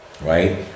right